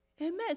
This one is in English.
Amen